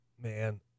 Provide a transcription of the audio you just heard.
Man